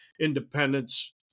Independence